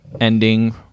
ending